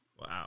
Wow